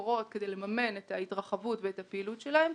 מקורות כדי לממן את ההתרחבות ואת הפעילות שלהם,